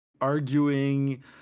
arguing